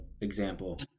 example